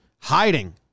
hiding